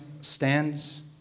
stands